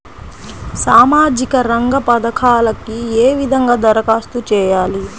సామాజిక రంగ పథకాలకీ ఏ విధంగా ధరఖాస్తు చేయాలి?